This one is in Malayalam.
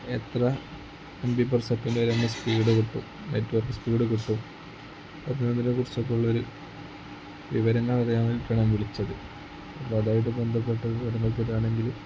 എത്ര എം മ്പി പെർ സെക്കൻറ് വരുന്ന സ്പീഡ് കിട്ടും നെറ്റ്വർക്ക് സ്പീഡ് കിട്ടും അതിൽ ഇതിനെ കുറിച്ചൊക്കെ ഉള്ളൊരു വിവരങ്ങൾ അറിയാൻ വേണ്ടിയിട്ടാണ് ഞാൻ വിളിച്ചത് അതായിട്ട് ബന്ധപ്പെട്ട വരുമ്പം തരുകയാണെങ്കിൽ